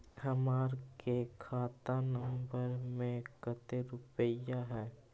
हमार के खाता नंबर में कते रूपैया है?